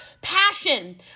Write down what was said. passion